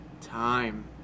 time